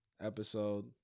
episode